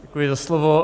Děkuji za slovo.